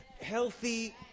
healthy